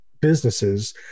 businesses